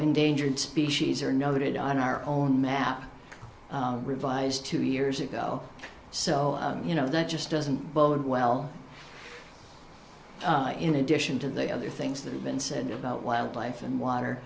endangered species are noted on our own map revised two years ago so you know that just doesn't bode well in addition to the other things that have been said about wildlife and w